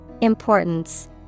Importance